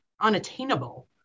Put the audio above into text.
unattainable